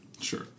Sure